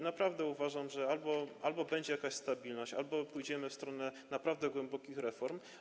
Naprawdę uważam, że albo będzie jakaś stabilność, albo pójdziemy w stronę naprawdę głębokich reform.